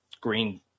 green